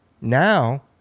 now